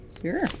Sure